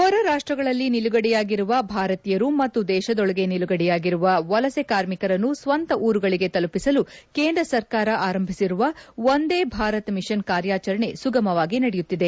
ಹೊರರಾಷ್ಟಗಳಲ್ಲಿ ನಿಲುಗಡೆಯಾಗಿರುವ ಭಾರತೀಯರು ಮತ್ತು ದೇಶದೊಳಗೆ ನಿಲುಗಡೆಯಾಗಿರುವ ವಲಸೆ ಕಾರ್ಮಿಕರನ್ನು ಸ್ತಂತೆ ಊರುಗಳಿಗೆ ತಲುಪಿಸಲು ಕೇಂದ್ರ ಸರ್ಕಾರ ಆರಂಭಿಸಿರುವ ವಂದೇ ಭಾರತ್ ಮಿಷನ್ ಕಾರ್ಯಾಚರಣೆ ಸುಗಮವಾಗಿ ನಡೆಯುತ್ತಿದೆ